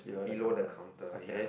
below the counter ya